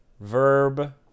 Verb